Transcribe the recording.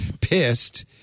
pissed